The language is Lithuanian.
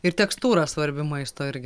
ir tekstūra svarbi maisto irgi